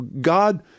God